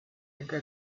inka